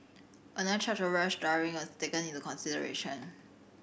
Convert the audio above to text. another charge of rash driving was taken into consideration